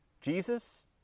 Jesus